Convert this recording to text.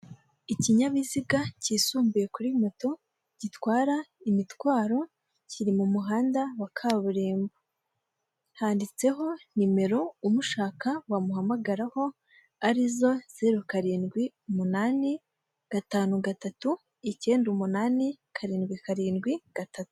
Ikinyabiziga cyisumbuye kuri moto gitwara imitwaro kiri mu muhanda wa kaburimbo, handitseho nimero umushaka wamuhamagaraho arizo zeru karindwi umunani gatanu gatatu icyenda umunani karindwi karindwi gatatu.